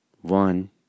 one